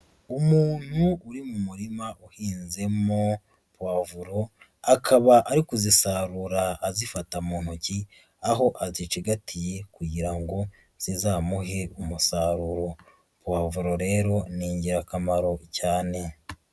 Umuntu uri mu murima uhinzemo puwavuro, akaba ari kuzisarura azifata mu ntoki, aho azicigatiye kugira ngo zizamuhe umusaruro, puwavuro rero ni ingirakamaro cyane.